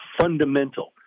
fundamental